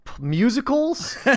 musicals